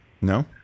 No